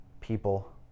people